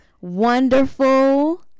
wonderful